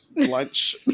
lunch